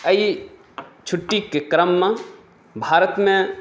एहि छुट्टीके क्रममे भारतमे